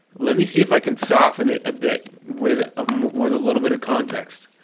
let me see if i can soften it a bit with um with a little bit of context.